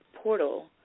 portal